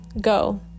go